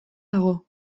dago